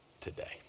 today